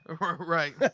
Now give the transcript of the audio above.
Right